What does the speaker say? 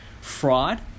fraud